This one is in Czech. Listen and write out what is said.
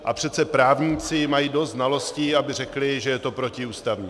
A přece právníci mají dost znalostí, aby řekli, že je to protiústavní.